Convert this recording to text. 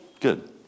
good